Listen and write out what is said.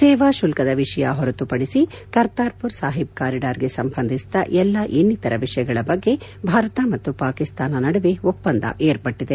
ಸೇವಾ ಶುಲ್ಕದ ವಿಷಯ ಹೊರತುಪಡಿಸಿ ಕರ್ತಾರ್ಪುರ್ ಸಾಹಿಬ್ ಕಾರಿಡಾರ್ಗೆ ಸಂಬಂಧಿಸಿದ ಎಲ್ಲಾ ಇನ್ನಿತರ ವಿಷಯಗಳ ಬಗ್ಗೆ ಭಾರತ ಮತ್ತು ಪಾಕಿಸ್ತಾನ ನಡುವೆ ಒಪ್ಪಂದ ಏರ್ಪಟ್ಟಿದೆ